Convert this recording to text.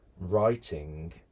writing